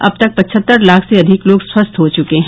अब तक पचहत्तर लाख से अधिक लोग स्वस्थ हो चुके हैं